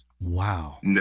Wow